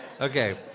Okay